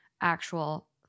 actual